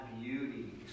beauty